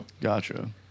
Gotcha